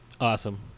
awesome